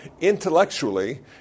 Intellectually